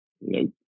Nope